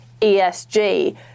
ESG